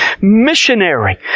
missionary